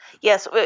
Yes